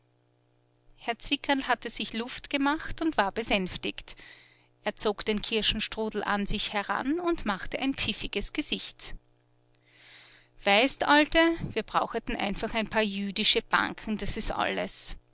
herr zwickerl hatte sich luft gemacht und war besänftigt er zog den kirschenstrudel an sich heran und machte ein pfiffiges gesicht weißt alte wir braucheten einfach ein paar jüdische banken das ist alles